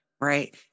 right